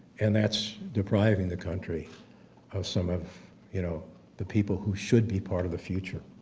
and that's depriving the country of some of you know the people who should be part of the future.